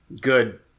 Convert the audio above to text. good